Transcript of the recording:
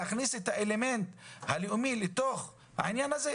להכניס את האלמנט הלאומי לתוך העניין הזה,